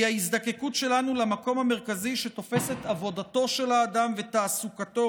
הוא ההזדקקות שלנו למקום המרכזי שתופסת עבודתו של האדם ותעסוקתו